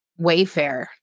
Wayfair